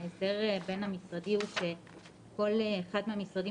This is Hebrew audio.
ההסדר בין המשרדים הוא שכל אחד מהמשרדים